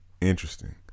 interesting